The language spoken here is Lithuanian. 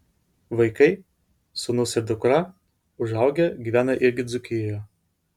vaikai sūnus ir dukra užaugę gyvena irgi dzūkijoje